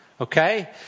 Okay